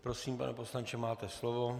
Prosím, pane poslanče, máte slovo.